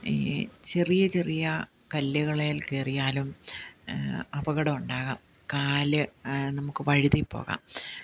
ഈ ചെറിയ ചെറിയ കല്ലുകളിൽ കയറിയാലും അപകടം ഉണ്ടാകാം കാൽ നമുക്ക് വഴുതി പോകാം